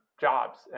jobs